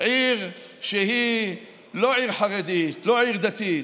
עיר שהיא לא עיר חרדית, לא עיר דתית.